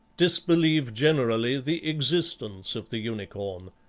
disbelieve generally the existence of the unicorn.